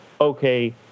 okay